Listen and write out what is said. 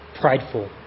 prideful